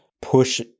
push